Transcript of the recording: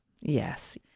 Yes